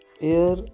air